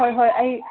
ꯍꯣꯏ ꯍꯣꯏ ꯑꯩ